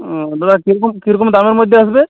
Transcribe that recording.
ও দাদা কীরকম কীরকম দামের মধ্যে আসবে